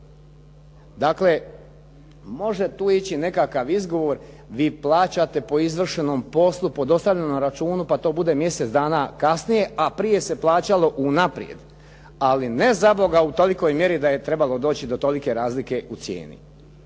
Dakle, može tu ići nekakav izgovor vi plaćate po izvršenom poslu, po dostavljenom računu pa to bude mjesec dana kasnije a prije se plaćalo unaprijed ali ne zaboga u tolikoj mjeri da je trebalo doći do tolike razlike u cijeni.